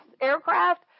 aircraft